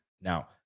Now